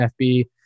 FB